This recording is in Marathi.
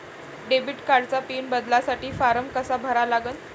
डेबिट कार्डचा पिन बदलासाठी फारम कसा भरा लागन?